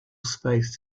space